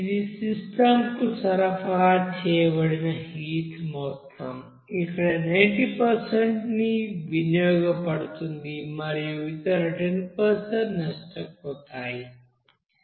ఇది సిస్టంకు సరఫరా చేయబడిన హీట్ మొత్తం ఇక్కడ 90 వినియోగించబడుతుంది మరియు ఇతర 10 నష్టపోతాయి